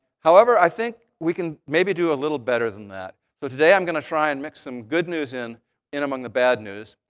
however, i think we can maybe do a little better than that. for today, i'm going to try and mix some good news in in among the bad news.